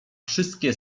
wszystkie